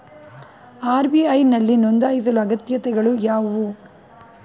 RBI ನಲ್ಲಿ ನೊಂದಾಯಿಸಲು ಅಗತ್ಯತೆಗಳು ಯಾವುವು?